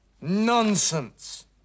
Nonsense